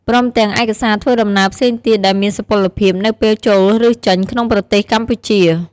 ព្រមទាំងឯកសារធ្វើដំណើរផ្សេងទៀតដែលមានសុពលភាពនៅពេលចូលឬចេញក្នុងប្រទេសកម្ពុជា។